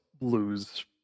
lose